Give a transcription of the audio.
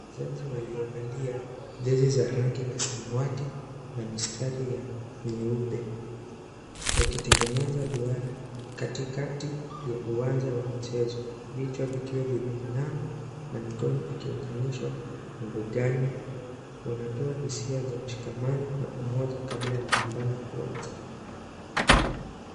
Wachezaji waliovalia jesi za rangi la samawati na mistari nyeupe wakitengeneza duara katikati ya uwanja wa michezo, vichwa vikiwa vineinama na mikono ikiunganishwa na begani. Wanatoa hisia za mshikamano na umoja kabla ya mapambano kuanza